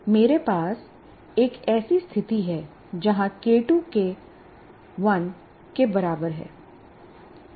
मेरे पास एक ऐसी स्थिति है जहां के2 के1 के बराबर है